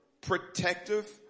protective